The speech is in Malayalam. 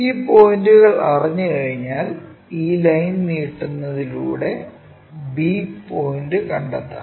ഈ പോയിന്റുകൾ അറിഞ്ഞുകഴിഞ്ഞാൽ ഈ ലൈൻ നീട്ടുന്നതിലൂടെ b പോയിന്റ് കണ്ടെത്താം